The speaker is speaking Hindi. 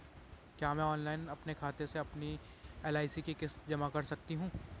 क्या मैं ऑनलाइन अपने खाते से अपनी एल.आई.सी की किश्त जमा कर सकती हूँ?